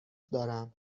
دارم